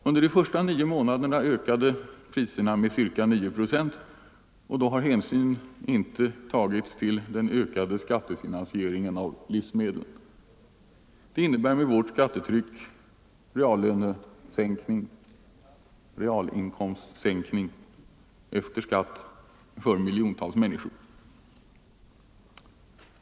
Under de första nio månaderna ökade priserna med ca 9 procent, och då har hänsyn inte tagits till den ökade skattefinansieringen av livsmedlen. Det innebär med vårt skattetryck reallönesänkning, efter skatt, för miljontals människor.